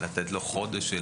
להשעות אותו מהתפקיד לחודש.